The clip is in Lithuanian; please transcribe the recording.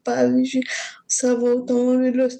pavyzdžiui savo automobilius